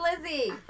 Lizzie